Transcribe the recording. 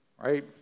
Right